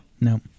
no